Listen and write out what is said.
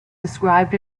described